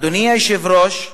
אדוני היושב-ראש,